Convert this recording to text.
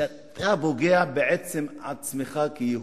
שאתה פוגע בעצם עצמך כיהודי,